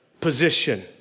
position